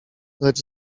lecz